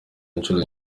inshuro